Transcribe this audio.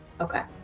Okay